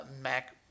Mac